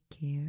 care